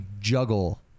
juggle